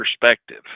perspective